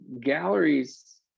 galleries